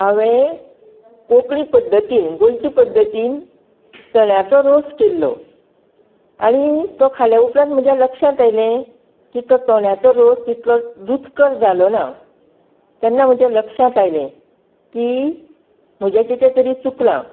हांवें कोंकणी पद्दतीन गोंयचे पद्दतीन चण्याचो रोस केल्लो आणी तो खाल्या उपरांत म्हज्या लक्षांत आयले की तो चण्याचो रोस तितलो रुचकर जालो ना तेन्ना म्हज्या लक्षांत आयले की म्हजे कितें तरी चुकला